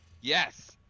Yes